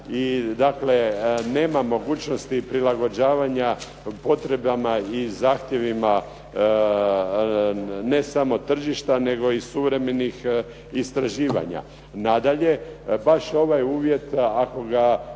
dakle nema mogućnosti prilagođavanja potrebama i zahtjevima ne samo tržišta, nego i suvremenih istraživanje. Nadalje, baš ovaj uvjet ako ga